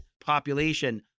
population